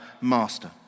master